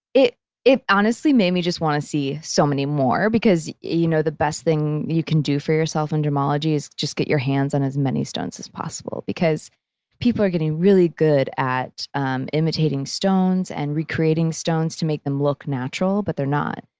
it it honestly made me just want to see so many more because, you know, the best thing you can do for yourself in gemology is just get your hands on as many stones as possible, because people are getting really good at um imitating stones, and recreating stones to make them look natural, but they're not.